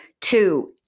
Two